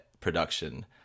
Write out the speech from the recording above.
production